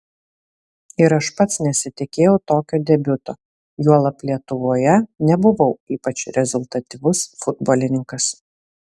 ir aš pats nesitikėjau tokio debiuto juolab lietuvoje nebuvau ypač rezultatyvus futbolininkas